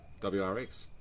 WRX